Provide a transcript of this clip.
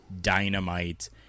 dynamite